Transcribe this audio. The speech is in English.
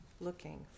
looking